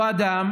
אותו אדם